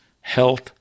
health